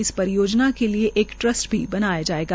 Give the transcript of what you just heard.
इस परियोजना के लिए एक ट्रस्ट भी बनाया जाएगा